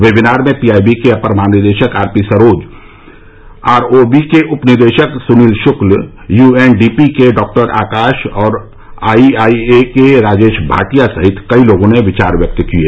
webinar में PIB के अपर महानिदेशक आरपी सरोज आरओबी के उपनिदेशक सुनील शुक्ल यूएनडीपी के डॉक्टर आकाश और आईआईए के राजेश भाटिया सहित कई लोगों ने विचार व्यक्त किये